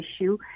issue